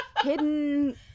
hidden